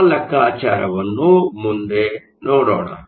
ಆ ಲೆಕ್ಕಾಚಾರವನ್ನು ಮುಂದೆ ನೋಡೋಣ